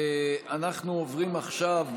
אנחנו עוברים עכשיו,